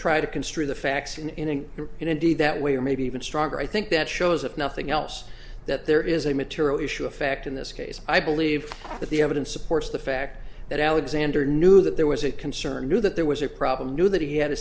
try to construe the facts in in an indeed that way or maybe even stronger i think that shows if nothing else that there is a material issue affect in this case i believe that the evidence supports the fact that alexander knew that there was a concern knew that there was a problem knew that he had a